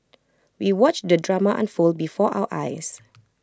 we watched the drama unfold before our eyes